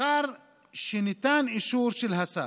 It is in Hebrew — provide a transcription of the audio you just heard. לאחר שניתן אישור של השר,